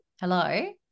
Hello